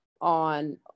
on